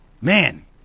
man